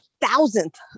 thousandth